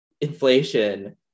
inflation